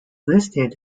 listed